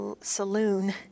saloon